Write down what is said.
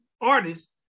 artists